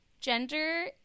gender